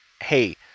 hey